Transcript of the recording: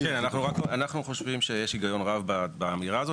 אנחנו רוצים לחסוך בירוקרטיות.